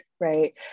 right